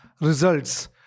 results